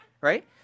right